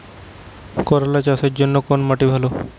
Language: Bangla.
করলা চাষের জন্য কোন মাটি ভালো?